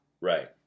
Right